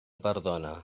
perdona